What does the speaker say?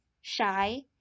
shy